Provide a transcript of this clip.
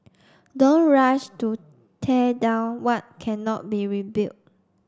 don't rush to tear down what cannot be rebuilt